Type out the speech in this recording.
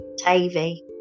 tavy